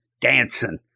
dancing